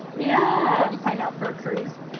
yeah. you pine out for a cruise.